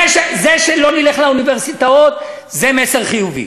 זה שלא נלך לאוניברסיטאות, זה מסר חיובי